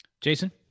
Jason